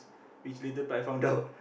which later but I found out